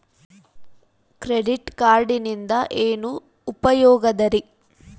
Credit ಕಾರ್ಡಿನಿಂದ ಏನು ಉಪಯೋಗದರಿ?